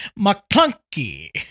McClunky